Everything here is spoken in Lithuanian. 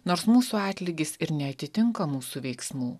nors mūsų atlygis ir neatitinka mūsų veiksmų